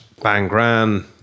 Bangran